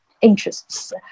interests